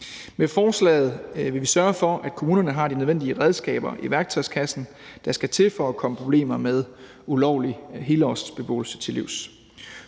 Med forslaget vil vi sørge for, at kommunerne har de nødvendige redskaber i værktøjskassen, der skal til for at komme problemer med ulovlig helårsbeboelse til livs.